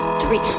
three